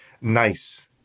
nice